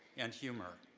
and humor.